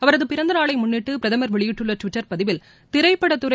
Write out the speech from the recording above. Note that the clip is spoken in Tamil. அவரது பிறந்தநாளை முன்னிட்டு பிரதமர் வெளியிட்டுள்ள டுவிட்டர் பதிவில் திரைப்படத்துறை